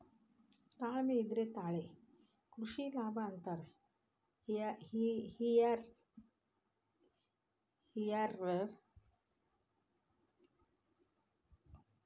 ತಾಳ್ಮೆ ಇದ್ರೆ ತಾಳೆ ಕೃಷಿ ಲಾಭ ಅಂತಾರ ಹಿರ್ಯಾರ್